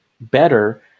better